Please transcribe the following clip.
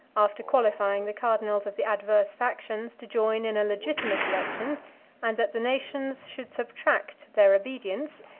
after qualifying the cardinals of the adverse factions to join in a legitimate election and that the nations should subtract their obedience,